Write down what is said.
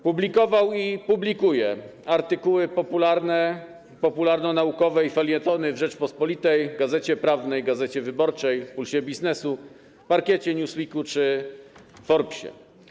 Publikował i publikuje artykuły popularne, popularnonaukowe i felietony w „Rzeczpospolitej”, „Gazecie Prawnej”, „Gazecie Wyborczej”, „Pulsie Biznesu”, „Parkiecie”, „Newsweeku” czy „Forbesie”